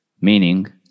Meaning